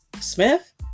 Smith